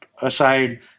aside